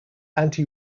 anti